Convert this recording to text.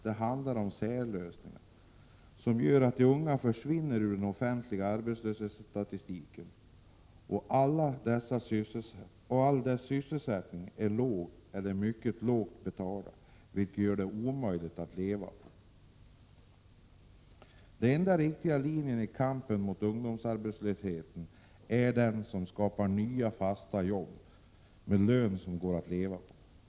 Det handlar om särlösningar som gör att de unga försvinner ur den ”officiella” arbetslöshetsstatistiken. Alla dessa sysselsättningar är lågt eller mycket lågt betalda, vilket gör dem omöjliga att leva på. Den enda riktiga linjen i kampen mot ungdomsarbetslösheten är den som skapar nya fasta jobb med löner som det går att leva på.